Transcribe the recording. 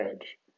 Edge